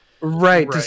Right